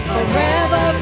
Forever